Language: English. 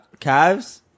Cavs